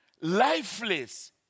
lifeless